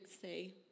say